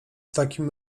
takim